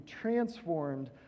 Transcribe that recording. transformed